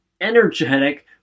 energetic